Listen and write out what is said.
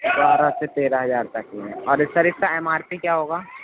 بارہ سے تیرہ ہزار تک میں اور اِس کا سر ایم آر پی کیا ہوگا